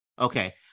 Okay